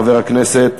חבר הכנסת